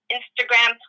Instagram